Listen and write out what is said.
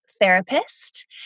therapist